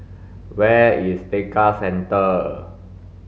where is Tekka Centre